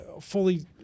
fully